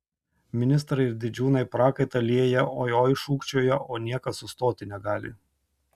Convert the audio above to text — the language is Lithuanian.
ministrai ir didžiūnai prakaitą lieja oi oi šūkčioja o niekas sustoti negali